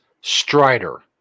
Strider